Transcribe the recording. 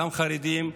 גם החרדים,